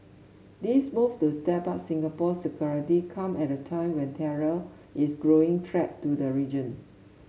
these moves to step up Singapore's security come at a time when terror is a growing threat to the region